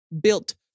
built